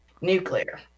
Nuclear